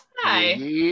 Hi